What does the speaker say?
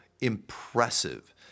impressive